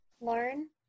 learn